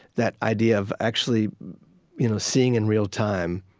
that idea of actually you know seeing in real time,